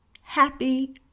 Happy